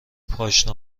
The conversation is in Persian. پاشنه